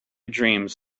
dreams